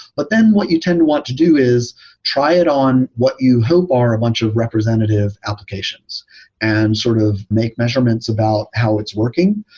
but then what you tend to want to do is try it on what you hope are a bunch of representative applications and sort of make measurements about how it's working,